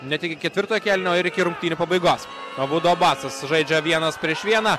net iki ketvirto kėlinio ir iki rungtynių pabaigos abudo abasas žaidžia vienas prieš vieną